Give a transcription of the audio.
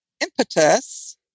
impetus